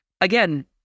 Again